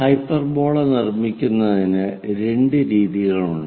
hyperbola നിർമ്മിക്കുന്നതിന് രണ്ട് രീതികളുണ്ട്